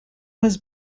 was